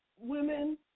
women